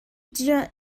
drio